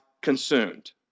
consumed